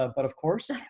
ah but, of course,